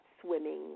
swimming